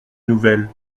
nouvelle